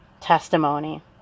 testimony